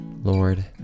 Lord